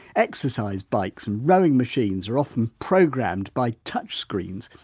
exercise bikes and rowing machines are often programmed by touchscreens,